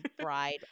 bride